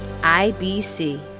IBC